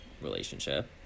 relationship